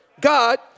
God